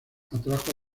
atrajo